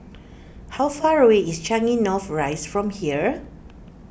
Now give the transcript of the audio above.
how far away is Changi North Rise from here